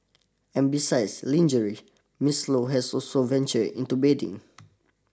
and besides lingerie Miss Low has also venture into bedding